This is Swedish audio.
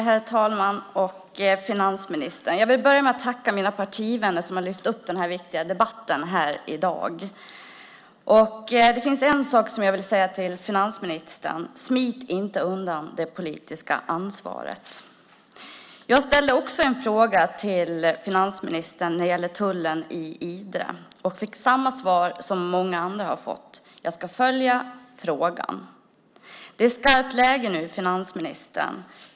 Herr talman! Jag vill börja med att tacka mina partivänner, som har lyft upp denna viktiga debatt i dag. Till finansministern vill jag säga: Smit inte undan det politiska ansvaret! Jag ställde också en fråga till finansministern när det gäller tullen i Idre. Jag fick samma svar som många andra har fått: Jag ska följa frågan. Det är skarpt läge nu, finansministern.